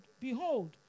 Behold